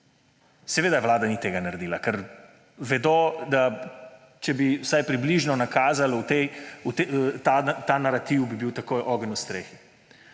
Seveda Vlada ni tega naredila, ker vedo, da če bi vsaj približno nakazali ta narativ, bi bil takoj ogenj v strehi.